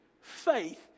faith